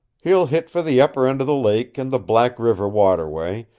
he'll hit for the upper end of the lake and the black river waterway,